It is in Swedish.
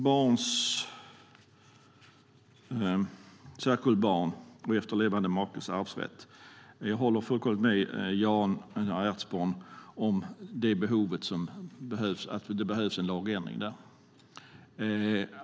När det gäller särkullbarn och efterlevande makes arvsrätt håller jag fullkomligt med Jan Ertsborn om behovet av en lagändring.